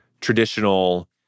traditional